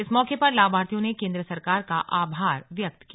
इस मौके पर लाभार्थियो ने केंद्र सरकार का आभार व्यक्त किया